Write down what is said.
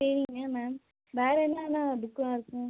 சரிங்க மேம் வேறு என்னன்ன புக்கெலாம் இருக்குது